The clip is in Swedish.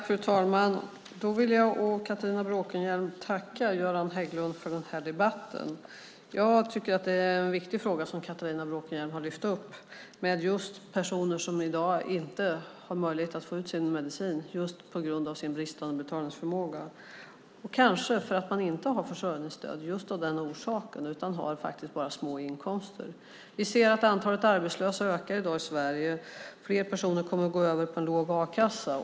Fru talman! Jag vill å Catharina Bråkenhielms vägnar tacka Göran Hägglund för den här debatten. Jag tycker att det är en viktig fråga som Catharina Bråkenhielm har lyft upp om personer som på grund av sin bristande betalningsförmåga inte har möjlighet att få ut sin medicin. De kanske inte har försörjningsstöd just av den orsaken, utan faktiskt bara har små inkomster. Antalet arbetslösa ökar i Sverige. Fler personer kommer att gå över på en låg a-kassa.